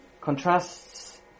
contrasts